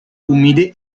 umide